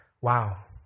wow